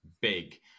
big